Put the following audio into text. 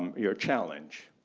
um your challenge.